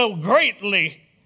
greatly